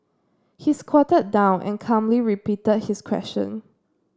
he squatted down and calmly repeated his question